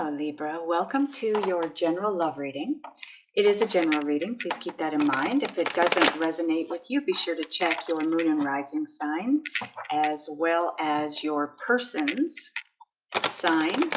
um libra, welcome to your general love reading it is a general reading please keep that in mind. if it doesn't resonate with you, be sure to check your noonan rising sign as well as your person's sign,